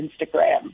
Instagram